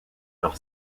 par